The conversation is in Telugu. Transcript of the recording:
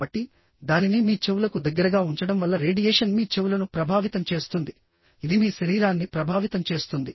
కాబట్టి దానిని మీ చెవులకు దగ్గరగా ఉంచడం వల్ల రేడియేషన్ మీ చెవులను ప్రభావితం చేస్తుందిఇది మీ శరీరాన్ని ప్రభావితం చేస్తుంది